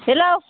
hello